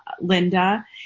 Linda